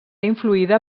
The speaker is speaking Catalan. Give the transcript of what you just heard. influïda